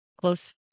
close